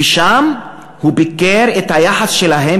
והוא ביקר את היחס שלהם,